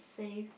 save